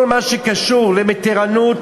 כל מה שקשור למתירנות,